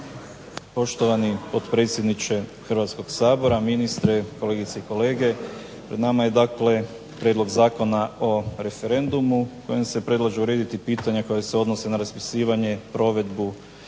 Poštovani potpredsjedniče Sabora, ministre, kolegice i kolege. Pred nama je Zakon o referendumu kojim se predlaže urediti pitanje koje se odnose na raspisivanje provedbu